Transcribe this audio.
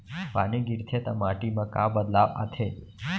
पानी गिरथे ता माटी मा का बदलाव आथे?